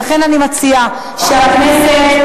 אין צורך, אמרתי את שלי בעניין הזה.